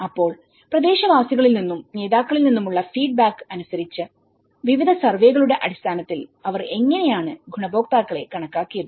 അപ്പോൾ പ്രദേശവാസികളിൽ നിന്നും നേതാക്കളിൽ നിന്നുമുള്ള ഫീഡ്ബാക്ക്അനുസരിച്ച് വിവിധ സർവേകളുടെ അടിസ്ഥാനത്തിൽ അവർ എങ്ങനെയാണ് ഗുണഭോക്താക്കളെ കണക്കാക്കിയത്